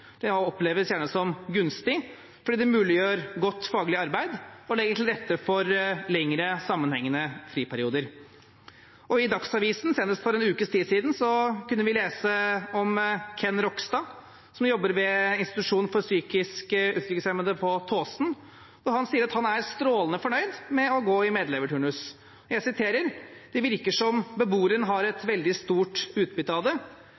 Det oppleves gjerne som gunstig, fordi det muliggjør godt faglig arbeid og legger til rette for lengre sammenhengende friperioder. I Dagsavisen kunne vi for senest en ukes tid siden lese om Ken Rogstad, som jobber ved en institusjon for psykisk utviklingshemmede på Tåsen. Han sier at han er strålende fornøyd med å gå i medleverturnus. Jeg siterer: «Det virker som beboeren har veldig stort utbytte av det.